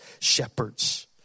shepherds